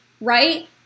right